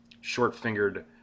short-fingered